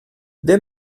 wer